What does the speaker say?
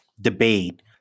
debate